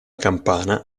campana